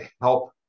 help